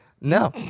No